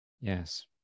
Yes